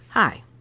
Hi